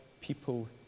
people